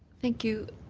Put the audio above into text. thank you,